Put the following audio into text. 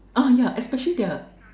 ah yeah especially there